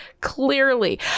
clearly